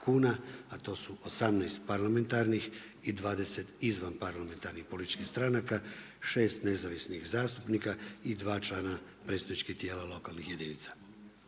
a to su 18 parlamentarnih i 20 izvan parlamentarnih političkih stranaka, 6 nezavisnih zastupnika i 2 člana predstavničkih tijela lokalnih jedinica.